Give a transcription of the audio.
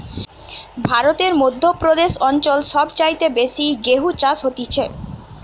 ভারতের মধ্য প্রদেশ অঞ্চল সব চাইতে বেশি গেহু চাষ হতিছে